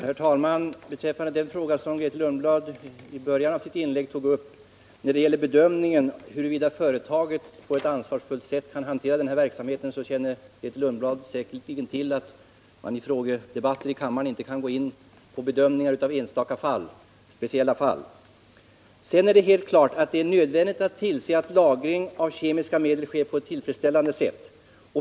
Herr talman! Vad beträffar frågan huruvida företaget på ett ansvarsfullt sätt kan hantera denna verksamhet — en fråga som Grethe Lundblad tog upp i början av sitt anförande — känner Grethe Lundblad säkerligen till att vi i frågedebatter i kammaren inte kan gå in på enskilda fall. Sedan är det helt klart att det är nödvändigt att se till att lagring av kemiska medel sker på ett tillfredsställande sätt.